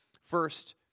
First